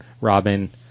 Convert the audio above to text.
Robin